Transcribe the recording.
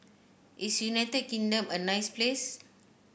is United Kingdom a nice place